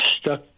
stuck